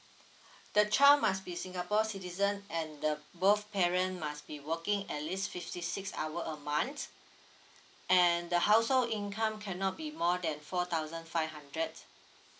the child must be singapore citizen and the both parent must be working at least fifty six hour a month and the household income cannot be more than four thousand five hundred